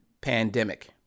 pandemic